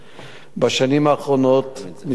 בשנים האחרונות משטרת ישראל,